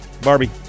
Barbie